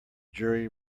jury